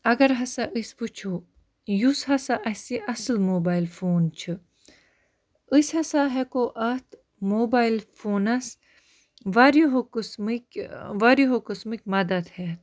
اگر ہَسا أسۍ وٕچھو یُس ہَسا اَسہِ اَصٕل موبایِل فون چھِ أسۍ ہَسا ہٮ۪کو اَتھ موبایِل فونَس واریاہو قٕسمٕکۍ واریاہو قٕسمٕکۍ مَدَت ہٮ۪تھ